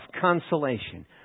consolation